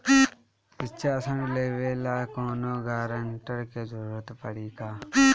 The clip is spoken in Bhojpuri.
शिक्षा ऋण लेवेला कौनों गारंटर के जरुरत पड़ी का?